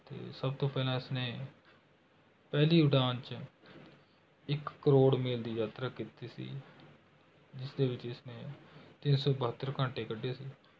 ਅਤੇ ਸਭ ਤੋਂ ਪਹਿਲਾਂ ਇਸਨੇ ਪਹਿਲੀ ਉਡਾਣ 'ਚ ਇੱਕ ਕਰੋੜ ਮੀਲ ਦੀ ਯਾਤਰਾ ਕੀਤੀ ਸੀ ਜਿਸਦੇ ਵਿੱਚ ਇਸਨੇ ਤਿੰਨ ਸੌ ਬਹੱਤਰ ਘੰਟੇ ਕੱਢੇ ਸੀ